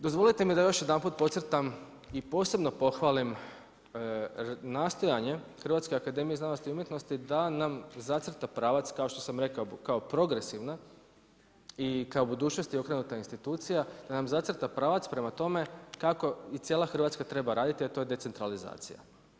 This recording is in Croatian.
Dozvolite mi da još jedanput podcrtam i posebno pohvalim nastojanje HAZU da nam zacrta pravac kao što sam rekao, kao progresivna i kao budućnosti okrenuta institucija, da nam zacrta pravac prema tome kako i cijela Hrvatska treba raditi a to je decentralizacija.